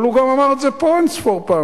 אבל הוא גם אמר את זה פה אין-ספור פעמים.